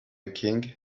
king